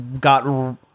got